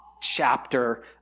chapter